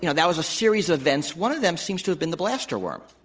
you know that was a series of events. one of them seems to have been the blaster worm.